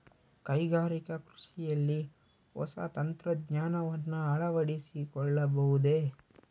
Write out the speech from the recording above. ಕೈಗಾರಿಕಾ ಕೃಷಿಯಲ್ಲಿ ಹೊಸ ತಂತ್ರಜ್ಞಾನವನ್ನ ಅಳವಡಿಸಿಕೊಳ್ಳಬಹುದೇ?